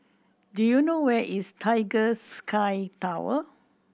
do you know where is Tiger Sky Tower